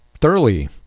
thoroughly